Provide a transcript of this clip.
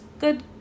good